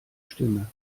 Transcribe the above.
stimme